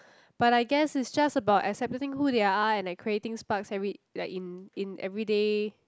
but I guess it's just about accepting who they are and like creating sparks every like in in everyday